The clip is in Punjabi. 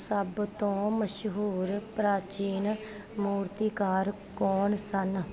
ਸਭ ਤੋਂ ਮਸ਼ਹੂਰ ਪ੍ਰਾਚੀਨ ਮੂਰਤੀਕਾਰ ਕੌਣ ਸਨ